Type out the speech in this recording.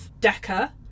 Decker